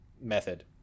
method